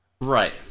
Right